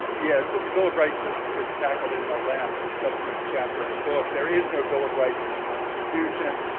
yeah, but the bill of rights is tackled tackled in the last substantive chapter of the book. there is no bill of rights in the constitution.